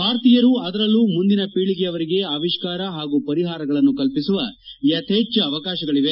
ಭಾರತೀಯರು ಅದರಲ್ಲೂ ಮುಂದಿನ ಪೀಳಿಗೆಯವರಿಗೆ ಅವಿಷ್ಕಾರ ಹಾಗೂ ಪರಿಹಾರಗಳನ್ನು ಕಲ್ಪಿಸುವ ಯಥೇಭ್ಗ ಅವಕಾಶಗಳವೆ